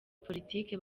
politike